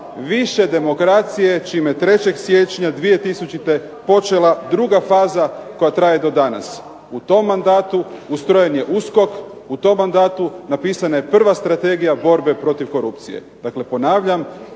Više demokracije čime 3. siječnja 2000. počela druga faza koja traje do danas. U tom mandatu ustrojen je USKOK, u tom mandatu napisana je prva Strategija borbe protiv korupcije.